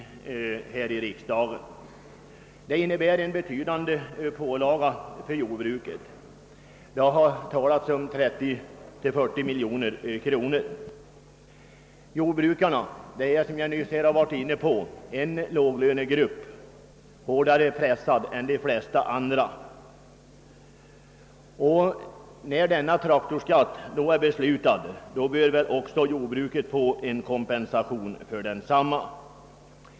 Nämnda skatt innebär en betydande pålaga för jordbruket — det har talats om 30 å 40 miljoner kronor. Som jag tidigare framhållit är jordbrukarna en låglönegrupp som är hårdare pressad än de flesta andra. Eftersom beslut nu har fattats beträffande denna traktorskatt bör jordbruket få en kompensation för densamma.